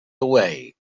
away